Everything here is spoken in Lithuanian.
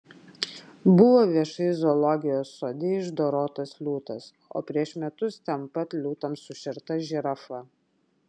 buvo viešai zoologijos sode išdorotas liūtas o prieš metus ten pat liūtams sušerta žirafa